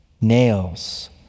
Nails